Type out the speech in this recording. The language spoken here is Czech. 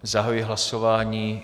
Zahajuji hlasování.